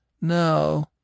No